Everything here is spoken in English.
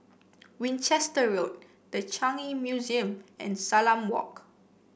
Winchester Road The Changi Museum and Salam Walk